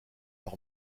leur